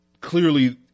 clearly